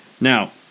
Now